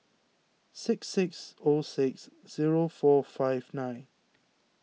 six six O six zero four five nine